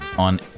...on